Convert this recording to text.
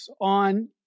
on